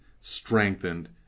strengthened